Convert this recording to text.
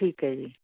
ਠੀਕ ਹੈ ਜੀ